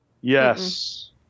Yes